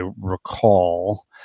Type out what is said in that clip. recall